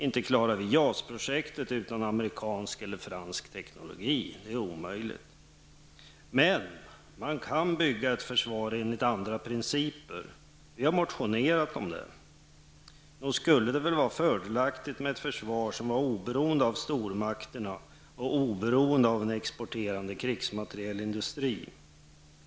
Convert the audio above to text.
Inte klarar vi JAS-projektet utan amerikansk eller fransk teknologi. Men man kan bygga upp ett försvar enligt andra principer. Vi har motionerat om det. Nog skulle det väl vara fördelaktigt med ett försvar som var oberoende av stormakterna och oberoende av en exporterande krigsmaterielindustri.